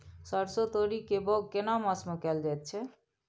सरसो, तोरी के बौग केना मास में कैल जायत छै?